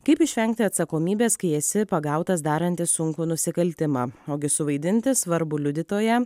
kaip išvengti atsakomybės kai esi pagautas darantis sunkų nusikaltimą ogi suvaidinti svarbų liudytoją